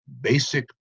basic